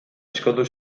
ezkondu